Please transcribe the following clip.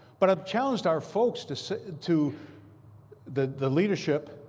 but i've challenged our folks to so to the the leadership,